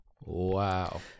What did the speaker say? wow